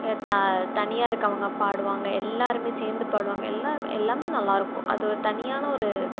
தனியாக இருக்கவங்க பாடுவாங்க எல்லாேருமே சேர்ந்து பாடுவாங்க எல்லாேருமே எல்லாமே நல்லாயிருக்கும் அது தனியான ஒரு